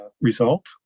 Result